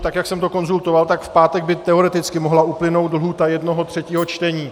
Tak jak jsem to konzultoval, tak v pátek by teoreticky mohla uplynout lhůta jednoho třetího čtení.